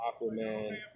Aquaman